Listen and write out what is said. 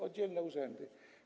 Oddzielne urzędy.